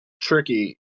tricky